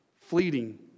fleeting